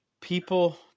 People